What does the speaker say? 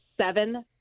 seven